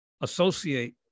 associate